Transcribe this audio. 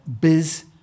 biz